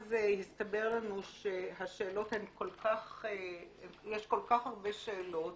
ואז הסתבר לנו שיש כל כך הרבה שאלות